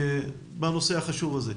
בנושא החשוב הזה.